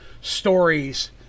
stories